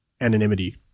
anonymity